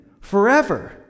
forever